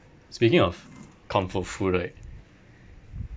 speaking of comfort food right